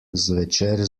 zvečer